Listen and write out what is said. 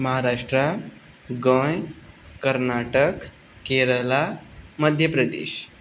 Maharashtra Goem Karnataka Kerala Madhya Pradesh